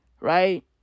right